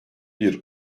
bir